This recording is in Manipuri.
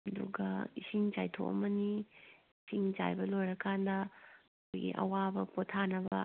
ꯑꯗꯨꯒ ꯏꯁꯤꯡ ꯆꯥꯏꯊꯣꯛꯑꯝꯃꯅꯤ ꯏꯁꯤꯡ ꯆꯥꯏꯕ ꯂꯣꯏꯔ ꯀꯥꯟꯗ ꯑꯩꯈꯣꯏꯒꯤ ꯑꯋꯥꯕ ꯄꯣꯊꯥꯅꯕ